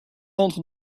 entre